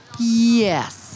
Yes